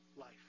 life